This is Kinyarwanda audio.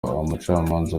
umucamanza